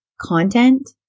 content